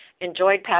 enjoyed